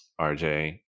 RJ